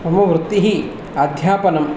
मम वृत्तिः अध्यापनं